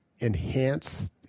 enhance